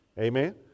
Amen